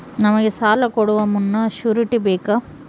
ನಮಗೆ ಸಾಲ ಕೊಡುವ ಮುನ್ನ ಶ್ಯೂರುಟಿ ಬೇಕಾ?